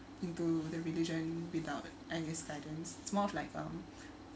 into the religion without any guidance it's more of like um